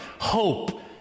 hope